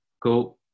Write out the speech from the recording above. go